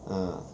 ah